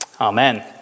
Amen